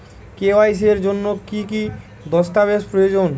KYC এর জন্যে কি কি দস্তাবেজ প্রয়োজন?